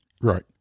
right